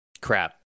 crap